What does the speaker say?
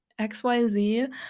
XYZ